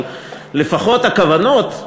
אבל לפחות הכוונות,